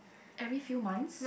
every few months